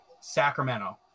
Sacramento